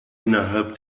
innerhalb